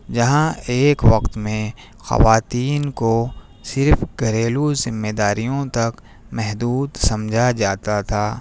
جہاں ایک وقت میں خواتین کو صرف گھریلو ذمہ داریوں تک محدود سمجھا جاتا تھا